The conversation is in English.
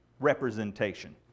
representation